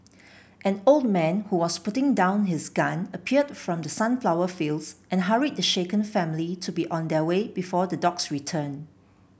an old man who was putting down his gun appeared from the sunflower fields and hurried the shaken family to be on their way before the dogs return